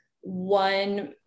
one